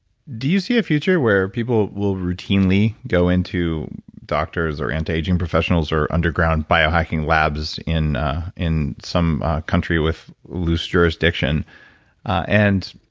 do you see a future where people will routinely go into doctors or anti-aging professionals or underground bio-hacking labs in in some country with loose jurisdiction and